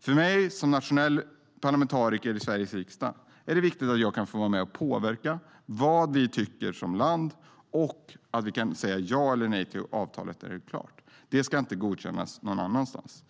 För mig som nationell parlamentariker i Sveriges riksdag är det viktigt att få vara med och påverka vad vi tycker som land och att vi kan säga ja eller nej till avtalet när det är klart. Det ska inte godkännas någon annanstans.